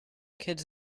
kids